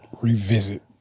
revisit